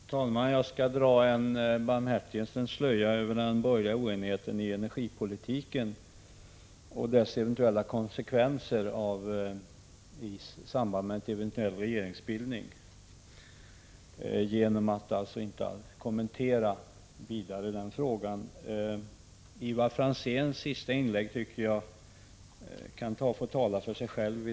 Fru talman! Jag skall dra en barmhärtighetens slöja över den borgerliga oenigheten om energipolitiken och dess eventuella konsekvenser i samband med en eventuell regeringsbildning genom att inte vidare kommentera den frågan. Ivar Franzéns sista inlägg kan få tala för sig själv.